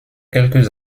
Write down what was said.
quelques